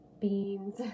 beans